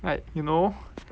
like you know